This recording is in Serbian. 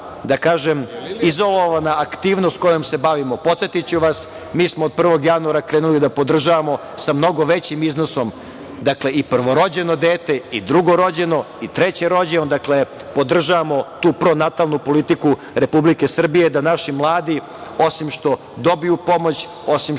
nije izolovana aktivnost kojom se bavimo. Podsetiću vas, mi smo od 1. januara krenuli da podržavamo sa mnogo većim iznosom i prvorođeno dete, i drugorođeno i trećerođeno. Dakle, podržavamo tu pronatalnu politiku Republike Srbije da naši mladi, osim što dobiju pomoć, osim što